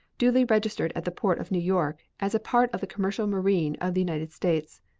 duly registered at the port of new york as a part of the commercial marine of the united states.